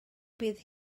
bydd